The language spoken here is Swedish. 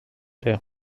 det